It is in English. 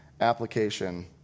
application